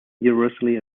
universally